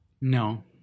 No